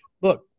look